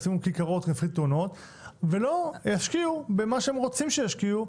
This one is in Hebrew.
ישימו כיכרות להפחית תאונות ולא ישקיעו במה שרוצים שישקיעו,